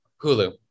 Hulu